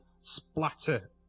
splatter